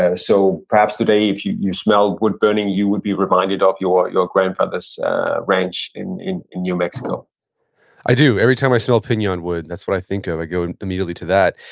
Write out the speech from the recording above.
ah so perhaps today if you you smelled wood burning, you would be reminded ah of your grandfather's ranch in in new mexico i do. every time i smell pinon wood, that's what i think of. i go immediately to that.